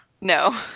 No